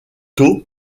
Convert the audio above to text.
tôt